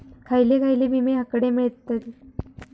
खयले खयले विमे हकडे मिळतीत?